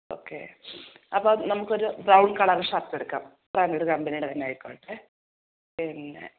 okay അപ്പോൾ നമുക്കൊരു brown colour shirt എടുക്കാം ബ്രാൻഡഡ് കമ്പനിയുടെ തന്നെ ആയിക്കോട്ടെ പിന്നെ